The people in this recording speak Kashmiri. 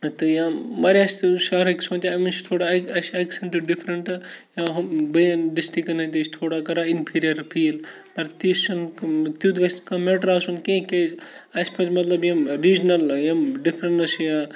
تہٕ یا واریاہ چھِ تہِ شَہرٕکۍ سونٛچان اَمِس چھِ تھوڑا اَسہِ چھِ ایٚکسَنٛٹ ڈِفرَنٹ بیٚیَن ڈِسٹِرٛکَن ہٕنٛدۍ تہِ چھِ تھوڑا کَران اِنفیٖریَر فیٖل مَگَر تِژھ چھُنہٕ تیُتھ گَژھِ نہٕ کانٛہہ میٹَر آسُن کینٛہہ کیٛازِ اَسہِ پَزِ مطلب یِم ریٖجنَل یِم ڈِفرَنٕس یا